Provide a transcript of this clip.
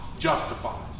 Justifies